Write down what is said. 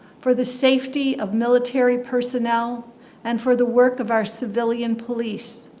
for the safety of military personnel and for the work of our civilian police.